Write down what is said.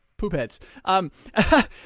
poopheads